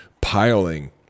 piling